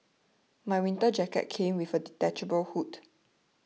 my winter jacket came with a detachable hood